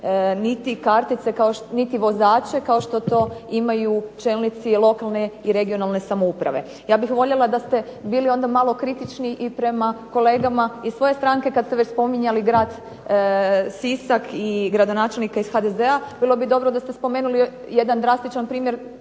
niti kartice, niti vozače kao što to imaju čelnici lokalne i regionalne samouprave. Ja bih voljela da ste bili onda malo kritični i prema kolegama iz svoje stranke kad ste već spominjali grad Sisak i gradonačelnika HDZ-a. Bilo bi dobro da ste spomenuli jedan drastičan primjer